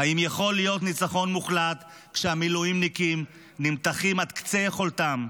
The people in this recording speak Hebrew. האם יכול להיות ניצחון מוחלט כשהמילואימניקים נמתחים עד קצה יכולתם,